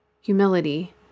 humility